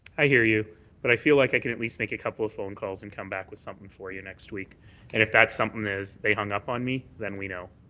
i hear you but i feel like i can at least make a couple of phone calls and come back with something for you next week and if that something is they hang up on me, then we know.